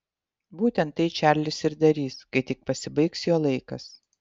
būtent tai čarlis ir darys kai tik pasibaigs jo laikas